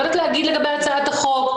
לא יודעת להגיד לגבי הצעת החוק,